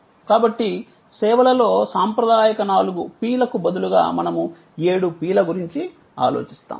కాబట్టి సేవలలో సాంప్రదాయక నాలుగు P లకు బదులుగా మనము ఏడు P ల గురించి ఆలోచిస్తాము